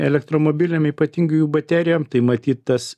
elektromobiliam ypatingai jų baterijom tai matyt tas